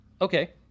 Okay